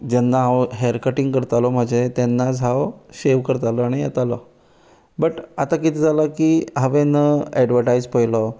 जेन्ना हांव hair cutting करतालो म्हजें तेन्नाच हांव शेव करतालो आनी येतालो बट आतां कितें जालें की हांवें अॅडवर्टायज पयलो